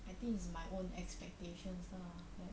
I think it's my own expectations lor like